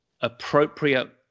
appropriate